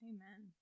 Amen